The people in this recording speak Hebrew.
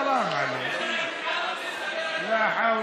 (אומר בערבית: לאט-לאט,